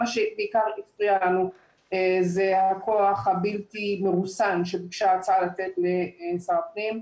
מה שבעיקר הפריע לנו זה הכוח הבלתי מרוסן שביקשה ההצעה לתת לשר הפנים.